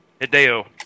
Hideo